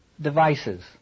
devices